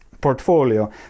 portfolio